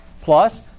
plus